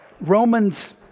Romans